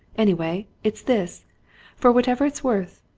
anyway, it's this for whatever it's worth.